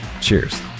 Cheers